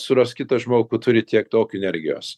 surast kitą žmogų turi tiek tokį energijos